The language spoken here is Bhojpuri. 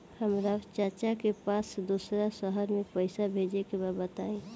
हमरा चाचा के पास दोसरा शहर में पईसा भेजे के बा बताई?